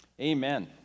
amen